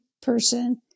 person